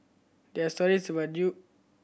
there are stories about Yo